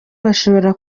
bashobora